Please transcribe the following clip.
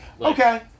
okay